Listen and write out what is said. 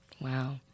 Wow